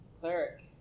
Cleric